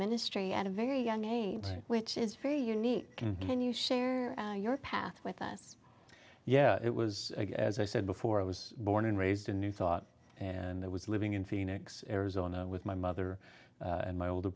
ministry at a very young age which is very unique when you share your path with us yeah it was as i said before i was born and raised in new thought and i was living in phoenix arizona with my mother and my older